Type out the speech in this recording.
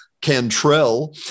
Cantrell